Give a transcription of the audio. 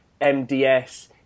MDS